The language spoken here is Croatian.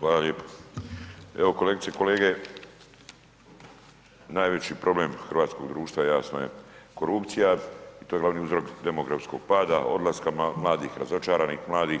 Hvala lijepa, evo kolegice i kolege najveći problem hrvatskog društva jasno je korupcija i to je glavni uzrok demografskog pada, odlaska mladih, razočaranih mladih,